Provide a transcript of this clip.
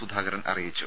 സുധാകരൻ അറിയിച്ചു